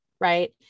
right